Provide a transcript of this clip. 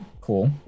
cool